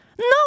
No